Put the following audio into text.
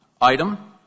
item